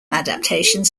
adaptations